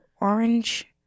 Orange